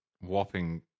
whopping